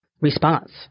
response